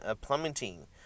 plummeting